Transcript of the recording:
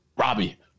Robbie